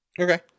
Okay